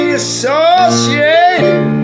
associated